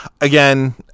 Again